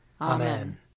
Amen